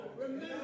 remember